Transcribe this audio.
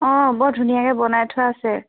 অঁ বৰ ধুনীয়াকৈ বনাই থোৱা আছে